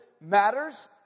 matters